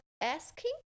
asking